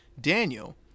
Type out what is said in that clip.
Daniel